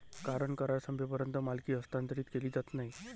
कारण करार संपेपर्यंत मालकी हस्तांतरित केली जात नाही